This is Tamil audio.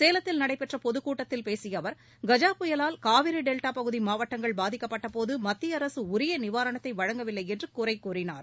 சேலத்தில் நடைபெற்ற பொதுக்கூட்டத்தில் பேசிய அவர் கஜா புயலால் காவிரி டெல்டா பகுதி மாவட்டங்கள் பாதிக்கப்பட்டபோது மத்திய அரசு உரிய நிவாரணத்தை வழங்கவில்லை என்று குறை கூறினார்